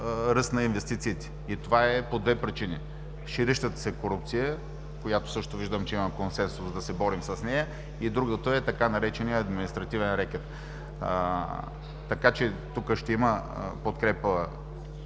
ръст на инвестициите. Това е по две причини: ширещата се корупция – виждам, че също има консенсус да се борим с нея, и другата е така нареченият „административен рекет“. Тук ще има подкрепа